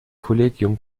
kollegium